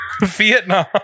Vietnam